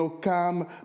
come